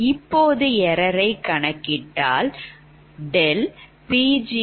இப்போது error ரைகணக்கிட்டால் ∆Pg3704